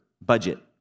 budget